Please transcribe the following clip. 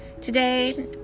Today